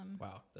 Wow